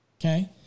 okay